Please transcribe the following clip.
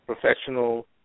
professional